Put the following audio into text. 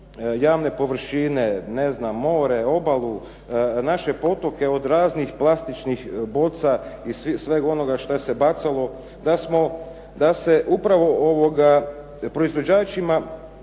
javne površine, more, obalu, naše potoke od raznih plastičnih boca i svega onoga što se bacalo, da se upravo proizvođačima